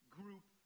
group